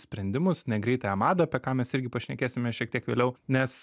sprendimus ne greitąją madą apie ką mes irgi pašnekėsime šiek tiek vėliau nes